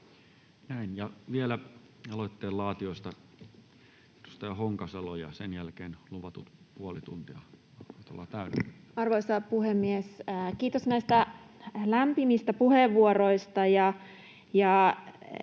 Näin. — Ja vielä aloitteen laatijoista edustaja Honkasalo, ja sen jälkeen luvattu puoli tuntia alkaa olla täynnä. Arvoisa puhemies! Kiitos näistä lämpimistä puheenvuoroista.